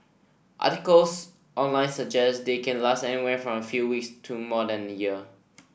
articles online suggest they can last anywhere from a few weeks to more than a year